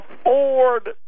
afford